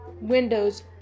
windows